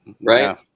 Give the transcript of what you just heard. right